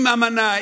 עם אמנה,